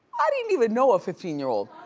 i didn't even know a fifteen year old,